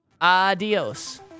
Adios